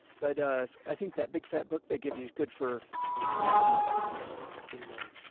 but, ah, i think that big fat book they give you is good for nap time kindling.